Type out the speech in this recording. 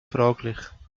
fraglich